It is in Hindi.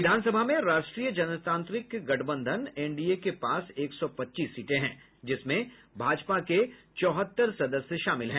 विधानसभा में राष्ट्रीय जनतांत्रिक गठबंधन एनडीए के पास एक सौ पच्चीस सीटें हैं जिसमें भाजपा के चौहत्तर सदस्य शामिल हैं